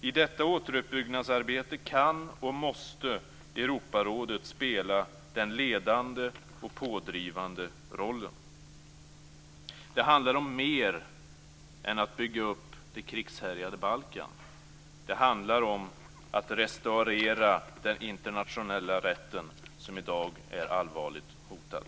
I detta återuppbyggnadsarbete kan och måste Europarådet spela den ledande och pådrivande rollen. Det handlar om mer än att bygga upp det krigshärjade Balkan. Det handlar om att restaurera den internationella rätten, som i dag är allvarligt hotad.